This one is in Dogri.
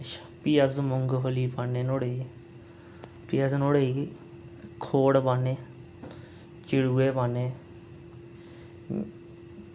भी अस मुंगफली पान्ने नुहाड़े च भी अस नुहाड़े च खोड़ पान्ने चिड़ुए पान्ने